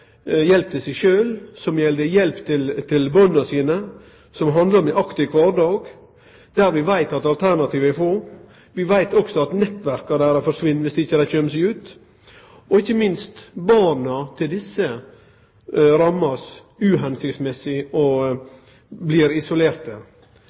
hjelp til ein sjølv, det gjeld hjelp til barna, det handlar om ein aktiv kvardag, der vi veit at alternativa er få. Vi veit også at nettverka deira forsvinn dersom dei ikkje kjem seg ut, og ikkje minst barna deira blir ramma og